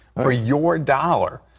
for your dollar,